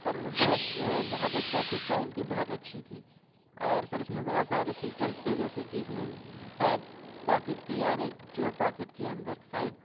سر وہ بیگ بہت اچھا اِس کی کوالٹی بہت اچھی تھی اور سر اِس میں بہت سارے فیچرس تھے جیسے کہ اِس میں بیک پاکٹ تھی اور ایک چور پاکیٹ تھی اندر کی سائڈ